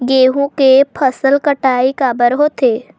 गेहूं के फसल कटाई काबर होथे?